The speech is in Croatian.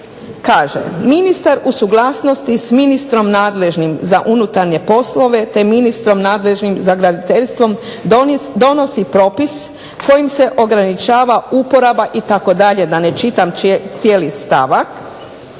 kaže ministar u suglasnosti s ministrom nadležnim za unutarnje poslove, te ministrom nadležnim za graditeljstvo donosi propis kojim se ograničava uporaba itd., da ne čitam cijeli stavak,